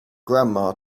grandma